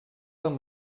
amb